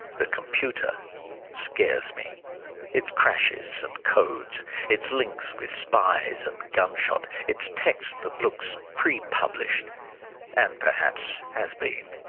the computer scares me its crashes and codes its links with spies and gunshot its text that looks pre-publishedand and perhaps has been.